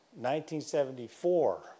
1974